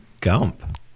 Gump